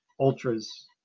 ultras